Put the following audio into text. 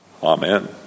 Amen